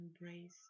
embrace